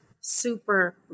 super